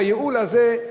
בייעול הזה,